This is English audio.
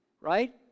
Right